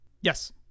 Yes